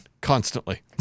constantly